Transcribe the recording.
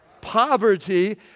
Poverty